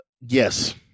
yes